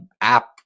app